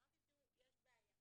אמרתי, תראו, יש בעיה.